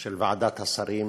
של ועדת השרים,